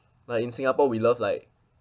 like in singapore we love like